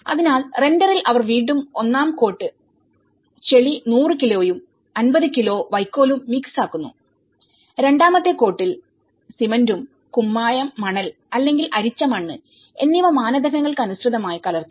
അതിനാൽ റെൻഡറിൽ അവർ വീണ്ടും ഒന്നാം കോട്ട് ചെളി 100 കിലോയും 50 കിലോ വൈക്കോലും മിക്സ് ആക്കുന്നുരണ്ടാമത്തെ കോട്ടിൽ സിമന്റും കുമ്മായം മണൽ അല്ലെങ്കിൽ അരിച്ച മണ്ണ് എന്നിവ മാനദണ്ഡങ്ങൾക്കനുസൃതമായി കലർത്തുന്നു